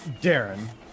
Darren